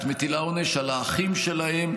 את מטילה עונש על האחים שלהם,